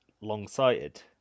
long-sighted